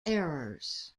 errors